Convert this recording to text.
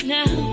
now